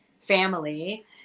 family